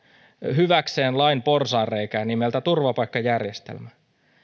hyväkseen lain porsaanreikää nimeltä turvapaikkajärjestelmä